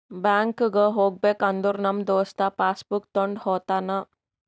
ಬ್ಯಾಂಕ್ಗ್ ಹೋಗ್ಬೇಕ ಅಂದುರ್ ನಮ್ ದೋಸ್ತ ಪಾಸ್ ಬುಕ್ ತೊಂಡ್ ಹೋತಾನ್